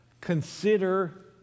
consider